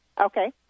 Okay